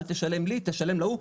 אל תשלם לי תשלם להוא,